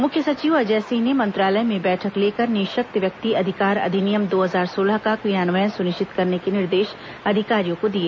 मुख्य सचिव अजय सिंह ने मंत्रालय में बैठक लेकर निःशक्त व्यक्ति अधिकारउ अधिनिमय दो हजार सोलह का क्रियान्वयन सुनिश्चित करने के निर्देश अधिकारियों को दिए